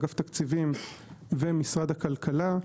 אגף תקציבים ומשרד הכלכלה,